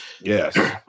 Yes